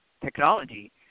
technology